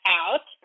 out